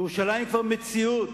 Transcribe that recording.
ירושלים היא כבר מציאות.